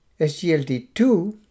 SGLT2